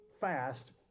fast